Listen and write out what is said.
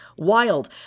Wild